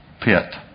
pit